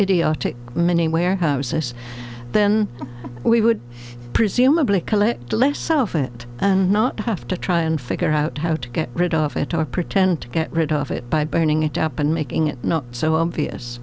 idiotic mini warehouses then we would presumably collect less self it and not have to try and figure out how to get rid of it or pretend to get rid of it by burning it up and making it not so obvious